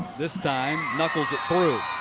this time knuckles it through.